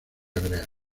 hebrea